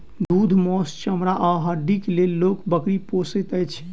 दूध, मौस, चमड़ा आ हड्डीक लेल लोक बकरी पोसैत अछि